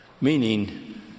meaning